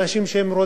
ויש אנשים,